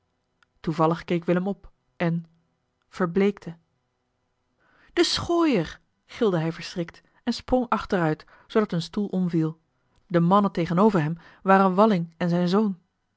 toevallig keek willem op en verbleekte de schooier gilde hij verschrikt en sprong achteruit zoodat een stoel omviel de mannen tegenover hem waren walling en zijn zoon